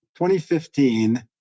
2015